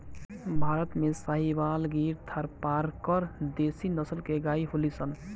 भारत में साहीवाल, गिर, थारपारकर देशी नसल के गाई होलि सन